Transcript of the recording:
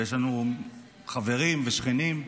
ויש לנו חברים ושכנים,